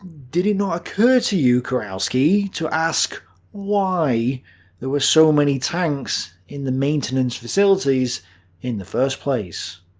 did it not occur to you, kurowski, to ask why there were so many tanks in the maintenance facilities in the first place?